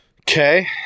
Okay